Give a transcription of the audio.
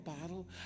bottle